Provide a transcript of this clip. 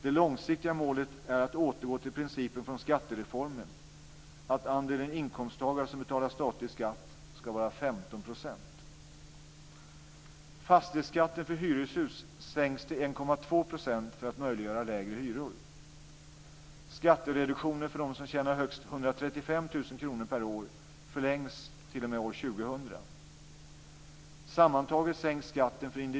Det långsiktiga målet är att återgå till principen från skattereformen, att andelen inkomsttagare som betalar statlig skatt ska vara 15 %.